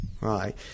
right